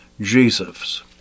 Jesus